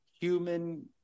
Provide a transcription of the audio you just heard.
human